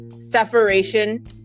separation